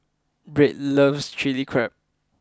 Birt loves Chilli Crab